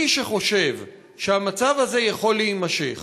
מי שחושב שהמצב הזה יכול להימשך,